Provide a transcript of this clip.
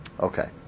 Okay